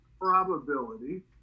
probability